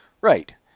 Right